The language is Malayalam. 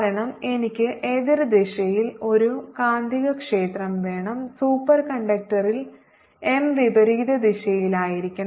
കാരണം എനിക്ക് എതിർദിശയിൽ ഒരു കാന്തികക്ഷേത്രം വേണം സൂപ്പർകണ്ടക്ടറിൽ M വിപരീത ദിശയിലായിരിക്കണം